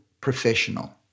professional